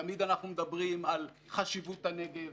תמיד אנחנו מדברים על חשיבות הנגב,